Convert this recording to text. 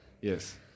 yes